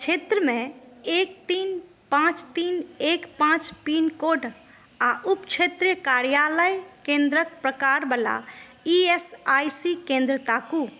क्षेत्रमे एक तीन पाँच तीन एक पाँच पिनकोड आ उप क्षेत्रीय कर्यालय केन्द्रक प्रकारवला ई एस आइ सी केन्द्र ताकू